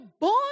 born